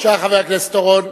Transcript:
בבקשה, חבר הכנסת אורון.